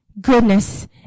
goodness